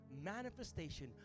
manifestation